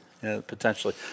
potentially